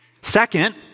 Second